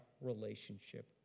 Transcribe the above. relationship